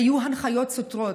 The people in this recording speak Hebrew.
היו הנחיות סותרות.